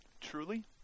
Truly